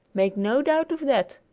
make no doubt of that.